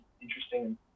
interesting